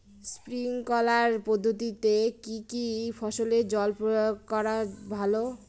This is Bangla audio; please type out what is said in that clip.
স্প্রিঙ্কলার পদ্ধতিতে কি কী ফসলে জল প্রয়োগ করা ভালো?